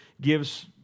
gives